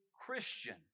Christian